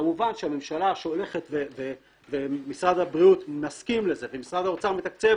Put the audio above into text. כמובן כאשר משרד הבריאות מסכים לזה ומשרד האוצר מתקצב